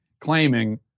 claiming